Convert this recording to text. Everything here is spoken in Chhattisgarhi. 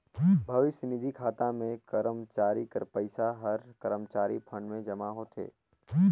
भविस्य निधि खाता में करमचारी कर पइसा हर करमचारी फंड में जमा होथे